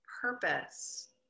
purpose